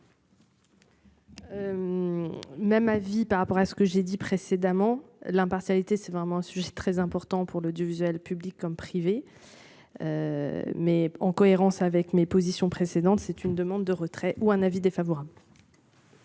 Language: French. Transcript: Même avis par rapport à ce que j'ai dit précédemment, l'impartialité, c'est vraiment un sujet très important pour l'audiovisuel public comme privé. Mais en cohérence avec mes positions précédentes. C'est une demande de retrait ou un avis défavorable.